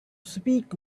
speak